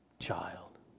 child